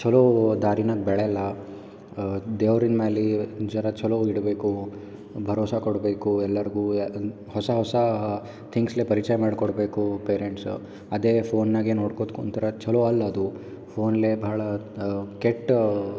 ಚಲೋ ದಾರಿನಾಗೆ ಬೆಳೆಯೋಲ್ಲ ದೇವ್ರಿನ ಮ್ಯಾಲೆ ಜರ ಚಲೋ ಇಡಬೇಕು ಭರವಸೆ ಕೊಡಬೇಕು ಎಲ್ಲಾರಿಗು ಹೊಸ ಹೊಸ ತಿಂಗ್ಸ್ ಲೇ ಪರಿಚಯ ಮಾಡಿ ಕೊಡಬೇಕು ಪೇರೆಂಟ್ಸ್ ಅದೇ ಫೋನ್ನಾಗೆ ನೋಡ್ಕೊತ ಕೂತ್ರ ಚಲೋ ಅಲ್ಲ ಅದು ಫೋನ್ಲೇ ಭಾಳ ಕೆಟ್ಟ